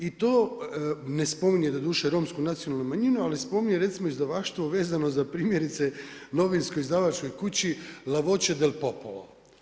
I to ne spominje doduše romsku nacionalnu manjinu, ali spominje recimo izdavaštvo vezano za primjerice Novinskoj izdavačkoj kući La voce del popolo.